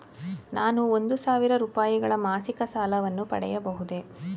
ನಾನು ಒಂದು ಸಾವಿರ ರೂಪಾಯಿಗಳ ಮಾಸಿಕ ಸಾಲವನ್ನು ಪಡೆಯಬಹುದೇ?